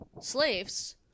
slaves